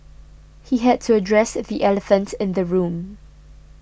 he had to address the elephant in the room